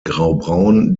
graubraun